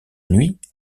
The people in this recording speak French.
nuit